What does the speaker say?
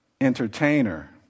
entertainer